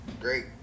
Great